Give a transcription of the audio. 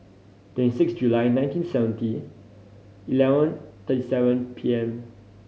twenty six July nineteen seventy eleven thirty seven P M